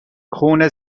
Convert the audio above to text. خون